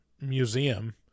museum